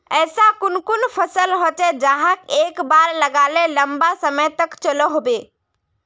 ऐसा कुन कुन फसल होचे जहाक एक बार लगाले लंबा समय तक चलो होबे?